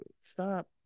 stop